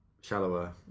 shallower